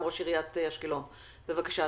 בבקשה.